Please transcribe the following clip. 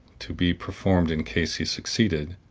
to be performed in case he succeeded,